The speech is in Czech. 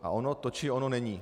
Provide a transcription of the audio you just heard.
A ono to či ono není.